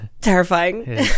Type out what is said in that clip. terrifying